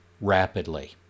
rapidly